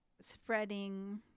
spreading